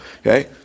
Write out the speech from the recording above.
okay